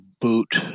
boot